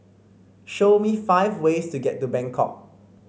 show me five ways to get to Bangkok